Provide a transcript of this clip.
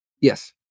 Yes